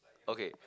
okay